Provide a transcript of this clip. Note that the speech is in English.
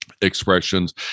expressions